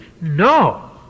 No